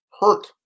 Hurt